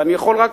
ואני יכול רק